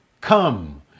come